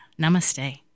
Namaste